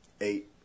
Eight